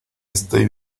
estoy